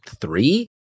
three